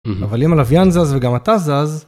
אבל אם הלווין זז וגם אתה זז.